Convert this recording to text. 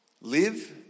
Live